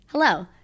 Hello